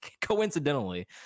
coincidentally